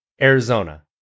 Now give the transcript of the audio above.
Arizona